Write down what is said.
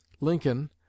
Lincoln